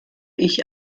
ich